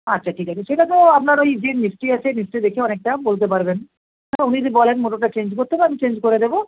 আচ্ছা ঠিক আছে সেটা তো আপনার ওই যে মিস্ত্রি আছে মিস্ত্রি দেখেও অনেকটা বলতে পারবেন হ্যাঁ উনি যদি বলেন মোটরটা চেঞ্জ করতে হবে আমি চেঞ্জ করে দেবো